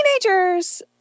Teenagers